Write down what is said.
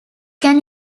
can